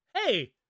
hey